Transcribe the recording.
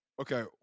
Okay